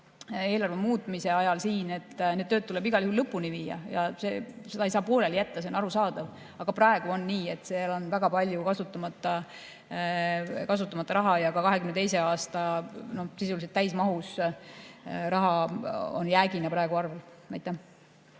eelarve muutmise ajal, need tööd tuleb igal juhul lõpuni viia. Seda ei saa pooleli jätta, see on arusaadav. Aga praegu on nii, et seal on väga palju kasutamata raha. Ka 2022. aasta sisuliselt täismahus summa on jäägina praegu arvel.